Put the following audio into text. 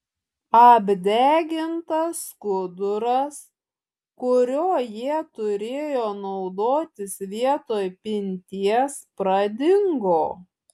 apdegintas skuduras kuriuo jie turėjo naudotis vietoj pinties pradingo